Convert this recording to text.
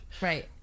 right